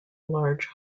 large